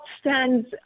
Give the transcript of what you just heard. stands